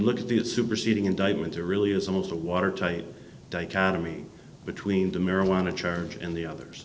look at the superseding indictment there really is almost a watertight dichotomy between the marijuana charge and the others